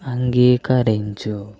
అంగీకరించుము